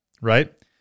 right